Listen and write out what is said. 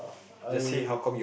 I